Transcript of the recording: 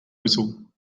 whistle